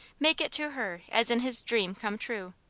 make it to her as in his dream come true.